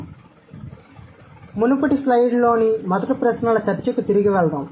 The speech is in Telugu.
కాబట్టి మునుపటి స్లయిడ్లలోని మొదటి ప్రశ్నల చర్చకు తిరిగి వెళ్దాం